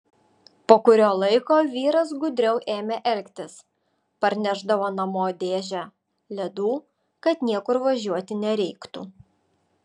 po kurio laiko vyras gudriau ėmė elgtis parnešdavo namo dėžę ledų kad niekur važiuoti nereiktų